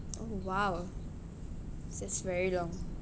oh !wow! that's very long